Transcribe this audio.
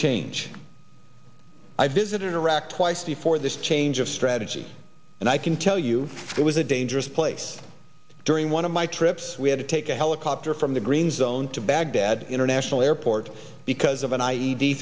change i visited interact twice before this change of strategy and i can tell you it was a dangerous place during one of my trips we had to take a helicopter from the green zone to baghdad international airport because of an i e d